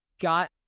got